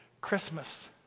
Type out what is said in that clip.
Christmas